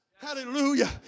Hallelujah